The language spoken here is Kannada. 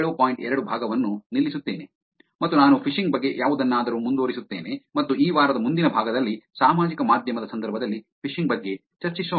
2 ಭಾಗವನ್ನು ನಿಲ್ಲಿಸುತ್ತೇನೆ ಮತ್ತು ನಾನು ಫಿಶಿಂಗ್ ಬಗ್ಗೆ ಯಾವುದನ್ನಾದರೂ ಮುಂದುವರಿಸುತ್ತೇನೆ ಮತ್ತು ಈ ವಾರದ ಮುಂದಿನ ಭಾಗದಲ್ಲಿ ಸಾಮಾಜಿಕ ಮಾಧ್ಯಮದ ಸಂದರ್ಭದಲ್ಲಿ ಫಿಶಿಂಗ್ ಬಗ್ಗೆ ಚರ್ಚಿಸೋಣ